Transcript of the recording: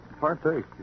partake